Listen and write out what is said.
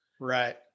Right